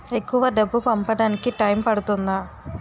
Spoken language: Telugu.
ఎక్కువ డబ్బు పంపడానికి టైం పడుతుందా?